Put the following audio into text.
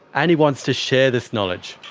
and he wants to share this knowledge.